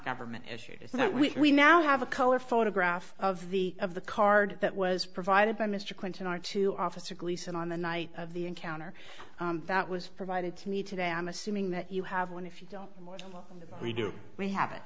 government issued is that we now have a color photograph of the of the card that was provided by mr clinton or to officer gleason on the night of the encounter that was provided to me today i'm assuming that you have one if you don't know we do we have it